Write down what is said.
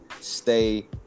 stay